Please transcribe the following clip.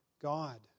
God